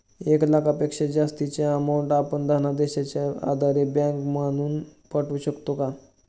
एक लाखापेक्षा जास्तची अमाउंट आपण धनादेशच्या आधारे बँक मधून पाठवू शकतो का?